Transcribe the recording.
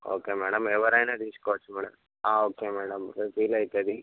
okay madam ఎవరైనా తీసుకోవచ్చు madam okay madam రేపు వీలవుతుంది